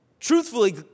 Truthfully